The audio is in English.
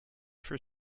for